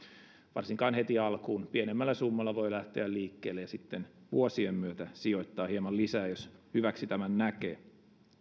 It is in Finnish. varsinkaan heti alkuun pienemmällä summalla voi lähteä liikkeelle ja sitten vuosien myötä voi sijoittaa hieman lisää jos hyväksi tämän näkee